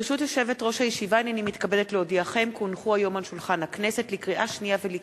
אני קובעת שחוק להרחבת הייצוג ההולם של בני